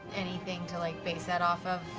anything to like base that off of?